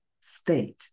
state